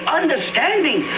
understanding